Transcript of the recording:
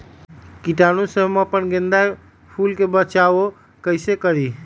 कीटाणु से हम अपना गेंदा फूल के बचाओ कई से करी?